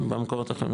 גם במקומות אחרים,